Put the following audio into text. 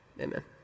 amen